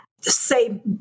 say